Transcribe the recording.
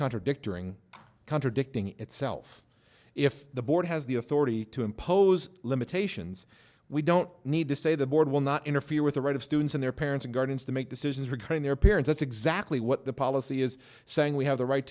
contradictory contradicting itself if the board has the authority to impose limitations we don't need to say the board will not interfere with the right of students and their parents or guardians to make decisions regarding their parent that's exactly what the policy is saying we have the right